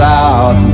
out